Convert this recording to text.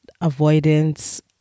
avoidance